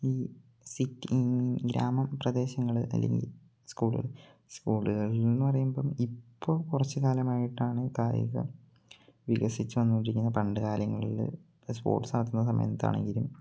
ഈ സിറ്റി ഗ്രാമ പ്രദേശങ്ങൾ അല്ലെങ്കിൽ സ്കൂള് സ്കൂള്കൾ എന്ന് പറയുമ്പം ഇപ്പം കുറച്ച് കാലമായിട്ടാണ് കായികം വികസിച്ച് വന്ന് കൊണ്ടിരിക്കുന്നത് പണ്ട് കാലങ്ങളിൽ സ്പോട്സ്സ് നടത്തുന്ന സമയത്ത് ആണെങ്കിലും